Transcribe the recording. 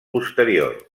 posterior